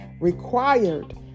required